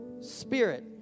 Spirit